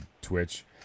twitch